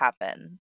happen